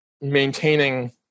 maintaining